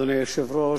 אדוני היושב-ראש,